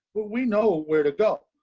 but we know where to go.